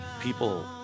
people